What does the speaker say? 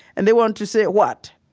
and they want to say, what?